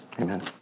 amen